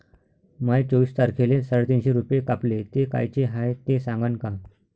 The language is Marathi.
माये चोवीस तारखेले साडेतीनशे रूपे कापले, ते कायचे हाय ते सांगान का?